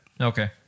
Okay